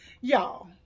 Y'all